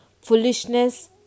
foolishness